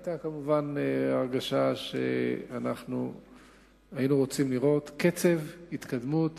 היתה כמובן הרגשה שהיינו רוצים לראות קצב התקדמות